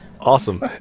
Awesome